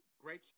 great